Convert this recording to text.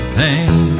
pain